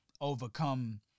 overcome